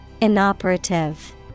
inoperative